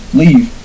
leave